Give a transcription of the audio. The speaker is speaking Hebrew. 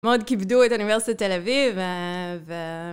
מאוד כיבדו את אוניברסיטת תל-אביב ו...